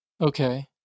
Okay